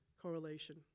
correlation